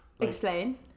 Explain